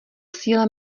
síle